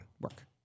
work